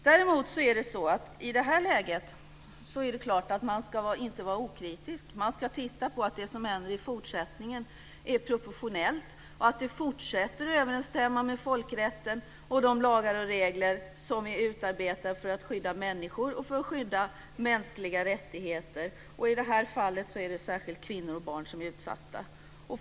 Däremot är det klart att man i detta läge inte ska vara okritisk. Man ska titta på att det som händer i fortsättningen är proportionellt och att det fortsätter att överensstämma med folkrätten och de lagar och regler som vi utarbetar för att skydda människor och för att skydda mänskliga rättigheter. I detta fall är det särskilt kvinnor och barn som är utsatta.